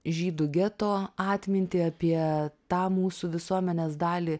žydų geto atmintį apie tą mūsų visuomenės dalį